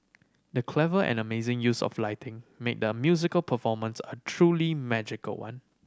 the clever and amazing use of lighting made the musical performance a truly magical one